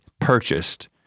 purchased